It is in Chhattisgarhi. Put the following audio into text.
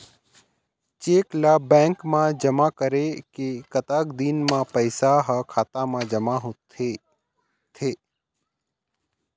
चेक ला बैंक मा जमा करे के कतक दिन मा पैसा हा खाता मा जमा होथे थे?